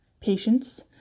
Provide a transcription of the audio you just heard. patience